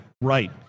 right